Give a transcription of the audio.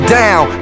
down